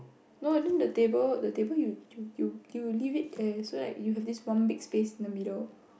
no then the table the table you you you you leave it there so like you have this one big space in the middle